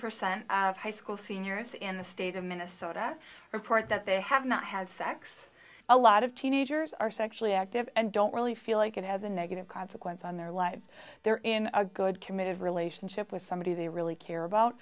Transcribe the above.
percent of high school seniors in the state of minnesota report that they have not had sex a lot of teenagers are sexually active and don't really feel like it has a negative consequence on their lives they're in a good committed relationship with somebody they really care about